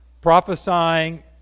prophesying